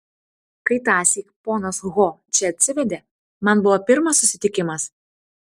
kai tąsyk ponas ho čia atsivedė man buvo pirmas susitikimas